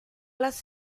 las